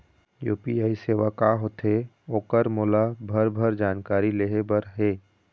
UPI सेवा का होथे ओकर मोला भरभर जानकारी लेहे बर हे?